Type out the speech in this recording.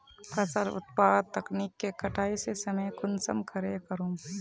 फसल उत्पादन तकनीक के कटाई के समय कुंसम करे करूम?